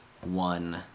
one